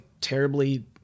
terribly